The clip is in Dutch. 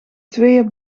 tweeën